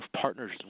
partners